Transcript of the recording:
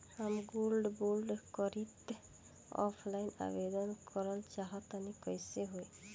हम gold bond करंति offline आवेदन करल चाह तनि कइसे होई?